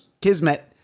kismet